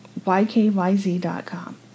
YKYZ.com